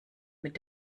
mit